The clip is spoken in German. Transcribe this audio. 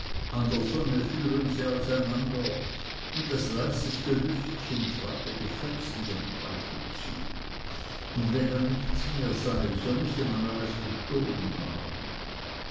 an der sonne führen sie auseinander und das leiseste lüftchen trage die fetzen dem teufel zu und wenn dann nichts mehr sei so müsse man alles gestohlen haben